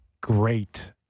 great